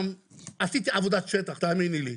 עשיתי עבודת שטח, תאמיני לי.